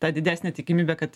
ta didesnė tikimybė kad